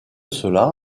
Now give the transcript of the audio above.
cela